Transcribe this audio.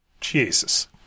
Jesus